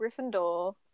gryffindor